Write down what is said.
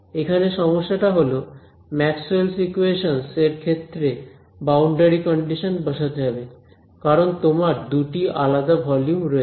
এখানে সমস্যাটা হলো ম্যাক্সওয়েলস ইকোয়েশনস Maxwell's equations এর ক্ষেত্রে বাউন্ডারি কন্ডিশনস বসাতে হবে কারণ তোমার দুটি আলাদা ভলিউম রয়েছে